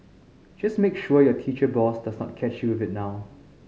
just make sure your teacher boss does not catch you with it now